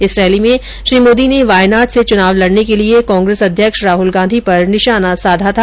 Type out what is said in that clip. इस रैली में श्री मोदी ने वायनाड से चुनाव लड़ने के लिए कांग्रेस अध्यक्ष राहुल गांधी पर निशाना साधा था